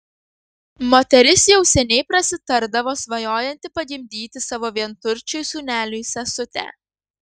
moteris jau seniai prasitardavo svajojanti pagimdyti savo vienturčiui sūneliui sesutę